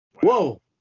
Whoa